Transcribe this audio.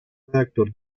redactor